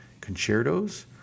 concertos